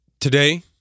Today